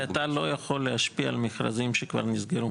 הרי אתה לא יכול להשפיע על מכרזים שכבר נסגרו,